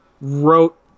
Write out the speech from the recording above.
wrote